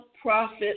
profit